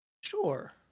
sure